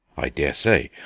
i dare say.